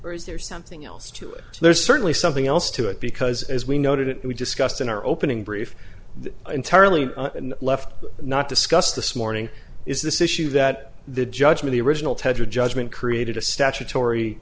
or is there something else to it there's certainly something else to it because as we noted we discussed in our opening brief entirely and left not discussed this morning is this issue that the judge made the original tender judgment created a statutory